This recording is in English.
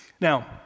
Now